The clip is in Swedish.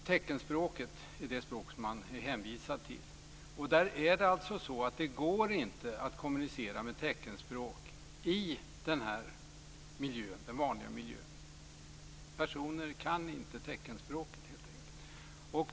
Man är hänvisad till teckenspråket. Det går inte att kommunicera med teckenspråk i den vanliga miljön. Personer kan inte teckenspråket.